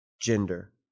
gender